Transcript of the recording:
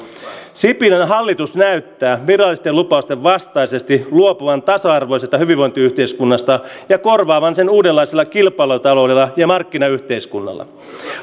sipilän hallitus näyttää virallisten lupaustensa vastaisesti luopuvan tasa arvoisesta hyvinvointiyhteiskunnasta ja korvaavan sen uudenlaisella kilpailutaloudella ja markkinayhteiskunnalla